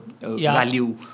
value